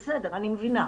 בסדר, אני מבינה.